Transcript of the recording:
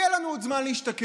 יהיה לנו עוד זמן להשתקם.